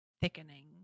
thickening